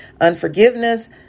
Unforgiveness